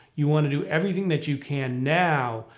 you want to do everything that you can, now,